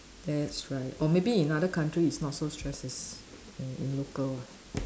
that's right or maybe in other countries it's not so stress as in in local one